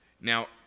Now